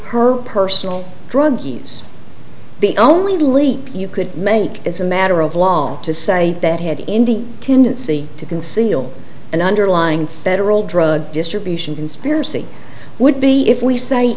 her personal drug use the only leap you could make as a matter of law to say that had indeed tendency to conceal an underlying federal drug distribution conspiracy would be if we say